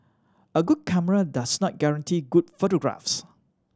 a good camera does not guarantee good photographs